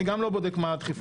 אני גם לא בודק מה הדחיפות.